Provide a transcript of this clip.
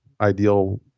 ideal